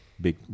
big